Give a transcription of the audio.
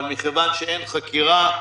אבל מכיוון שאין חקירה,